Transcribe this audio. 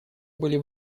были